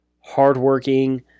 hardworking